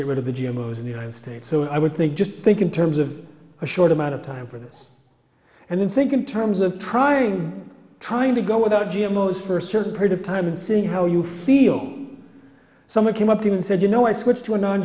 get rid of the g m o's in the united states so i would think just think in terms of a short amount of time for this and then think in terms of trying trying to go without g m o's for a certain period of time and see how you feel someone came up to me and said you know i switched to a non